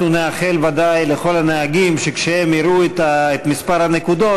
אנחנו נאחל ודאי לכל הנהגים שכשהם יראו את מספר הנקודות,